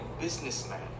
businessman